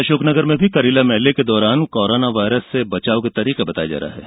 अशोकनगर में भी करीला मेले के दौरान कोरोना वायरस से बचाव के तरीके बताये जा रहे हैं